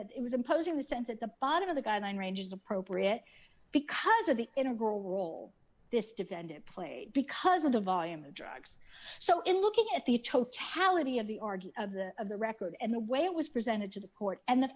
that it was imposing the sense at the bottom of the guideline range is appropriate because of the integral role this defendant played because of the volume of drugs so in looking at the totality of the org of the of the record and the way it was presented to the court and the